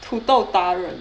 土豆达人